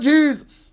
Jesus